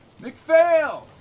McPhail